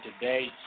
today